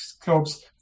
clubs